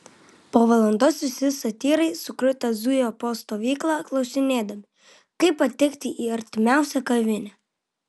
po valandos visi satyrai sukrutę zujo po stovyklą klausinėdami kaip patekti į artimiausią kavinę